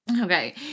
Okay